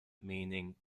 meaning